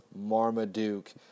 Marmaduke